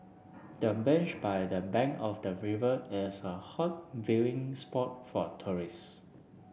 the bench by the bank of the river is a hot viewing spot for tourists